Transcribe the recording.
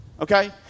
Okay